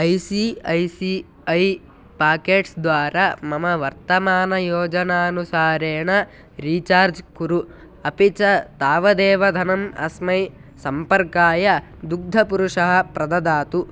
I C I C I pockets द्वारा मम वर्तमानयोजनानुसारेण रीचार्ज् कुरु अपि च तावदेव धनम् अस्मै सम्पर्काय दुग्धपुरुषः प्रददातु